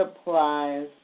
applies